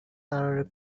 قرار